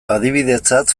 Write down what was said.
adibidetzat